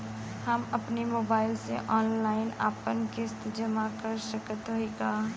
हम अपने मोबाइल से ऑनलाइन आपन किस्त जमा कर सकत हई का?